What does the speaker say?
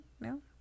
No